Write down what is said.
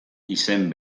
izen